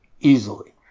Easily